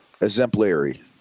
Exemplary